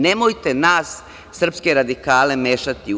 Nemojte nas srpske radikale mešati u to.